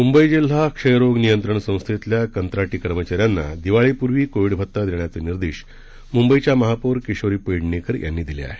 मुंबई जिल्हा क्षयरोग नियंत्रण संस्थेतल्या कंत्राटी कर्मचाऱ्यांना दिवाळीपूर्वी कोविड भत्ता देण्याचे निर्देश मुंबईच्या महापौर किशोरी पेडणेकर यांनी दिले आहेत